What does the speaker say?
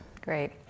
Great